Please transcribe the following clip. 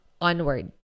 onward